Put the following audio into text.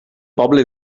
poble